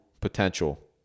potential